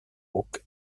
ook